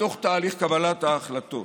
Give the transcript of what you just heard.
לתוך תהליך קבלת ההחלטות.